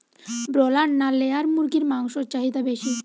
Broiler না layer মুরগির মাংসর চাহিদা বেশি?